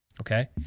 okay